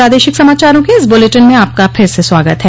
प्रादेशिक समाचारों के इस बुलेटिन में आपका फिर से स्वागत है